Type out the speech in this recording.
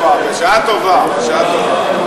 בשעה טובה, בשעה טובה.